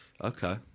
Okay